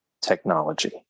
technology